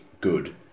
good